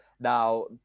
Now